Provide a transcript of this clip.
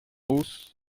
hausse